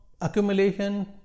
accumulation